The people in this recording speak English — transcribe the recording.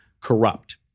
corrupt